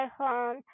iPhone